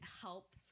help